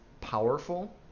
powerful